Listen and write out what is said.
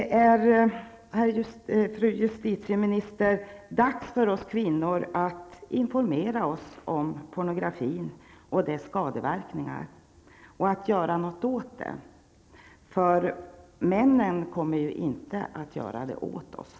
Det är, fru justitieminister, dags för oss kvinnor att informera oss om pornografin och dess skadeverkningar och att göra något åt den -- männen kommer inte att göra det åt oss.